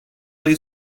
ayı